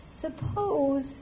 Suppose